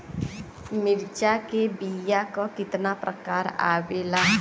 मिर्चा के बीया क कितना प्रकार आवेला?